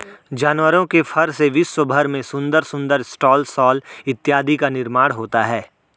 जानवरों के फर से विश्व भर में सुंदर सुंदर स्टॉल शॉल इत्यादि का निर्माण होता है